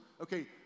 Okay